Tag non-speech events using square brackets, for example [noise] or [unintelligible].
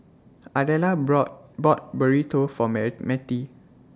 Ardella brought bought Burrito For [unintelligible] Matie